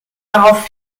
darauf